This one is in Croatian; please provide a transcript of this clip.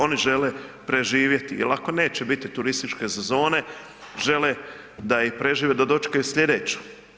Oni žele preživjeti jel ako neće biti turističke sezone, žele da je prežive da dočekaju slijedeću.